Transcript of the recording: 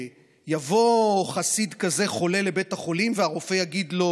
שיבוא חסיד כזה חולה לבית החולים והרופא יגיד לו: